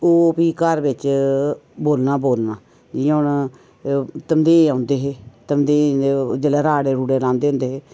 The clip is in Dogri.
कि ओह् फ्ही घर बिच्च बोलना बोलना जि'यां हून तमदेंह् औंदे हे तमदेंह् च जेल्ले राड़े रूड़े राह्ंदे हुंदे हे